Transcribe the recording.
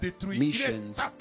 missions